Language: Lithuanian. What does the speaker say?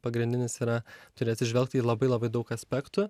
pagrindinis yra turi atsižvelgti į labai labai daug aspektų